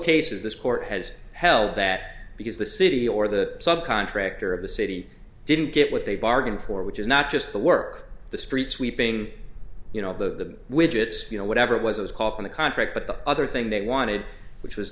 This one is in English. cases this court has held that because the city or the sub contractor of the city didn't get what they bargained for which is not just the work the street sweeping you know the widgets you know whatever it was i was called on the contract but the other thing they wanted which was